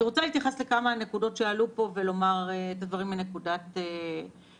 אני רוצה להתייחס לכמה נקודות שעלו פה ולומר דברים מנקודת ראותי.